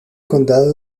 condado